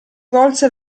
volse